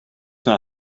naar